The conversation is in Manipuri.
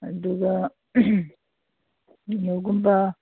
ꯑꯗꯨꯒ ꯀꯩꯅꯣꯒꯨꯝꯕ